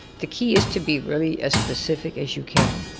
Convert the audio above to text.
the key is to be really as specific as you can.